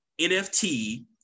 NFT